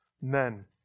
men